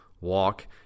walk